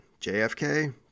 JFK